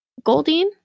Goldine